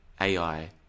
ai